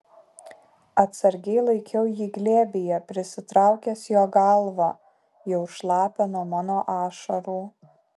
atsargiai laikiau jį glėbyje prisitraukęs jo galvą jau šlapią nuo mano ašarų